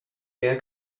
mehr